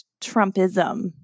Trumpism